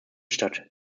statt